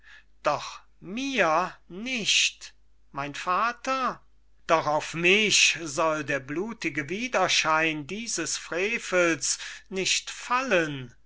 doch mir nicht mein vater doch auf mich soll der blutige widerschein dieses frevels nicht fallen